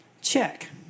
Check